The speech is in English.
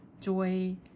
joy